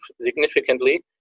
significantly